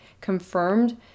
confirmed